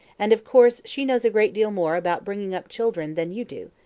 and, of course, she knows a great deal more about bringing up children than you do.